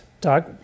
Doug